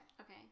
Okay